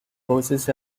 courses